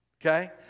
Okay